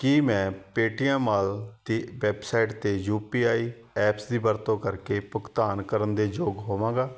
ਕੀ ਮੈਂ Paytm mall ਦੀ website 'ਤੇ ਯੂ ਪੀ ਆਈ ਐਪਸ ਦੀ ਵਰਤੋਂ ਕਰਕੇ ਭੁਗਤਾਨ ਕਰਨ ਦੇ ਯੋਗ ਹੋਵਾਂਗਾ